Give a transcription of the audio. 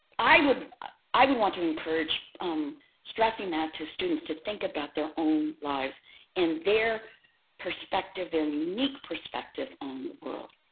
i would i would want to encourage stressing that to students to think about their own lives in their perspective, their unique perspective on the world.